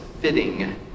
fitting